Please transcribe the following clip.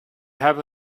have